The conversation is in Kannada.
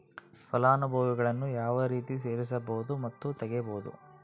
ಫಲಾನುಭವಿಗಳನ್ನು ಯಾವ ರೇತಿ ಸೇರಿಸಬಹುದು ಮತ್ತು ತೆಗೆಯಬಹುದು?